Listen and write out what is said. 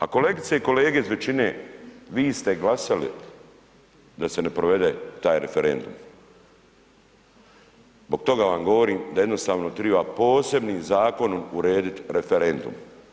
A kolegice i kolege iz većine, vi ste glasali da se ne provede taj referendum, zbog toga vam govorim da jednostavno triba posebnim Zakonom urediti referendum.